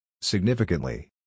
Significantly